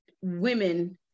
women